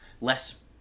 less